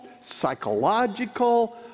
psychological